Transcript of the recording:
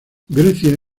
grecia